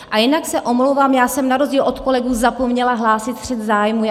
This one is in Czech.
A jinak se omlouvám, já jsem na rozdíl od kolegů zapomněla hlásit střet zájmů.